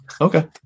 Okay